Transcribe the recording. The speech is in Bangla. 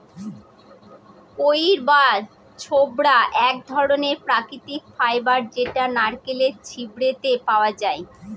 কইর বা ছবড়া এক ধরনের প্রাকৃতিক ফাইবার যেটা নারকেলের ছিবড়েতে পাওয়া যায়